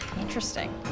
Interesting